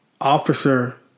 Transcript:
officer